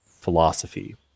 philosophy